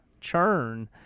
churn